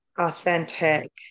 authentic